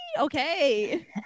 Okay